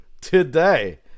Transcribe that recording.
today